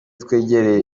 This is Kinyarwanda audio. twegereye